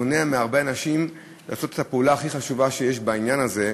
זה מונע מהרבה אנשים לעשות את הפעולה הכי חשובה בעניין הזה,